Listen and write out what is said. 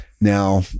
Now